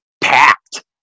packed